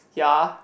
ya